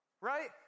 Right